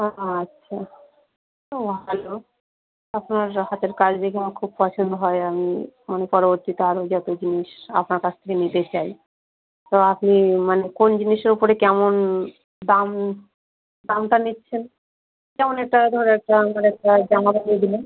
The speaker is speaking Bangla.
আচ্ছা এতো ভালো আপনার হাতের কাজ দেখে আমার খুব পছন্দ হয় আমি মানে পরবর্তীতে আরও যতো জিনিস আপনার কাছ থেকে নিতে চাই তো আপনি মানে কোন জিনিসের ওপরে কেমন দাম দামটা নিচ্ছেন যেমন একটা ধরো একটা মানে একটা জামা কাপড়ে দিলেন